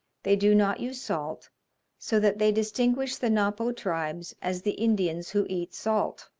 they do not use salt so that they distinguish the napo tribes as the indians who eat salt.